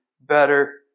better